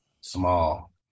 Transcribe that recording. Small